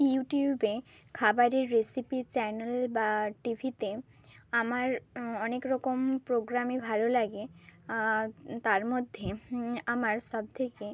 ইউটিউবে খাবারের রেসিপির চ্যানেল বা টি ভিতে আমার অনেক রকম প্রোগ্রামই ভালো লাগে তার মধ্যে আমার সব থেকে